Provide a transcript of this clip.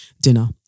dinner